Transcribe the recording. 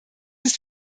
ist